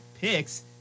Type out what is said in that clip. picks